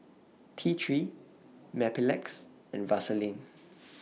T three Mepilex and Vaselin